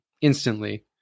instantly